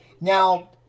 Now